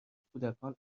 کودکان